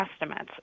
estimates